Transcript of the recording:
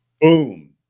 Boom